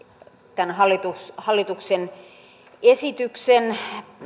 tämän hallituksen esityksen